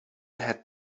had